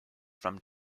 from